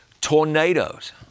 Tornadoes